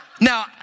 Now